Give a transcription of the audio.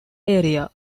area